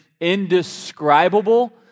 indescribable